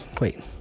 wait